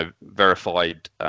verified